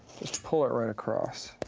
just pull it right across.